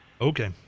Okay